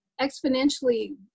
exponentially